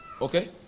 Okay